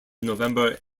november